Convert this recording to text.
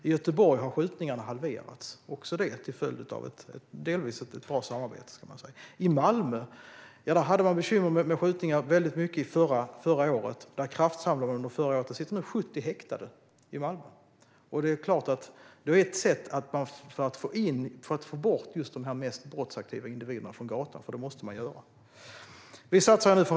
I Göteborg har antalet skjutningar halverats, också detta delvis en följd av ett bra samarbete. I Malmö hade man väldigt stora bekymmer med skjutningar förra året. Där kraftsamlade man, och nu sitter 70 personer häktade i Malmö. Det är klart att det är ett sätt att få bort de här mest brottsaktiva individerna från gatan, för det är något man måste göra.